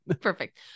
Perfect